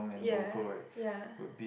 ya ya